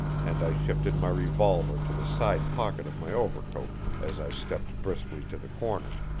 and i shifted my revolver to the side-pocket of my overcoat as i stepped briskly to the corner.